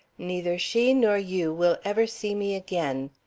neither she nor you will ever see me again.